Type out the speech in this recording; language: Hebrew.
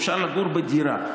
אפשר לגור בדירה,